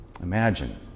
Imagine